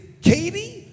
Katie